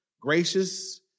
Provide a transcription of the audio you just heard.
Gracious